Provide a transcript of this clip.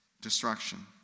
destruction